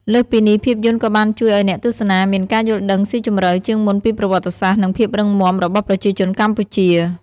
លើសពីនេះ ភាពយន្តក៏បានជួយឲ្យអ្នកទស្សនាមាន ការយល់ដឹងស៊ីជម្រៅជាងមុនពីប្រវត្តិសាស្ត្រ និងភាពរឹងមាំ របស់ប្រជាជនកម្ពុជា។